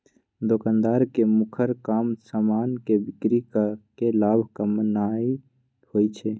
दोकानदार के मुखर काम समान के बिक्री कऽ के लाभ कमानाइ होइ छइ